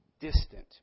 distant